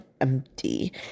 empty